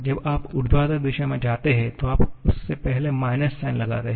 जब आप ऊर्ध्वाधर दिशा में जाते हैं तो आप उससे पहले माइनस साइन लगाते हैं